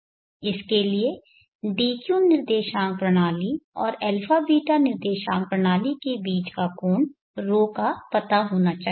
इसके लिए dq निर्देशांक प्रणाली और αβ निर्देशांक प्रणाली के बीच के कोण ρ का पता होना चाहिए